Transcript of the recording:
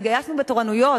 התגייסנו בתורנויות,